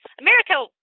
America